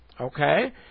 Okay